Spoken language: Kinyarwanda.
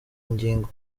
nyigo